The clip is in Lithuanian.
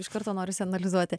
iš karto norisi analizuoti